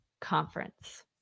conference